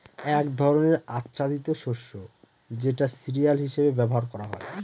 এক ধরনের আচ্ছাদিত শস্য যেটা সিরিয়াল হিসেবে ব্যবহার করা হয়